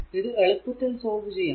ഇത് എളുപ്പത്തിൽ സോൾവ് ചെയ്യാം